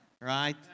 right